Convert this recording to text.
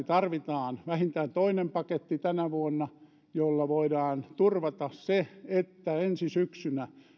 tarvitaan tänä vuonna vähintään toinen paketti jolla voidaan turvata se että ensi syksynä